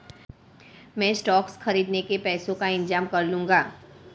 मैं स्टॉक्स खरीदने के पैसों का इंतजाम कर लूंगा